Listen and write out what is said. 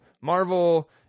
Marvel